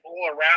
all-around